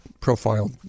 profile